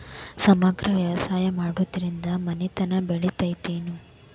ಸಮಗ್ರ ವ್ಯವಸಾಯ ಮಾಡುದ್ರಿಂದ ಮನಿತನ ಬೇಳಿತೈತೇನು?